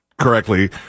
correctly